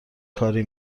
کاری